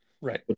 right